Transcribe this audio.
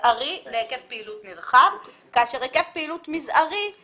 מזערי להיקף פעילות נרחב כאשר היקף פעילות מזערי הוא